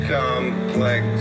complex